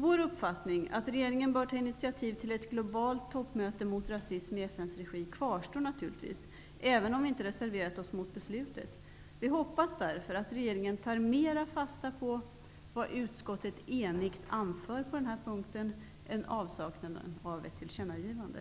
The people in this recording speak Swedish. Vår uppfattning att regeringen bör ta initiativ till ett globalt toppmöte i FN:s regi mot rasism kvarstår naturligtvis, även om vi inte reserverat oss mot beslutet. Vi hoppas därför att regeringen tar mera fasta på vad utskottet enigt anför på den här punkten än på avsaknaden av ett tillkännagivande.